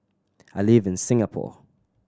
I live in Singapore